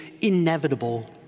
inevitable